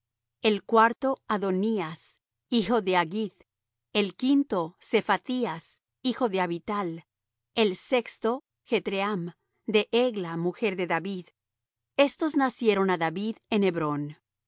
el cuarto adonías hijo de haggith el quinto saphatías hijo de abital el sexto jetream de egla mujer de david estos nacieron á david en hebrón